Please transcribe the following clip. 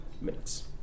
minutes